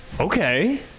Okay